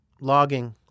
logging